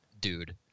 dude